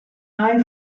eye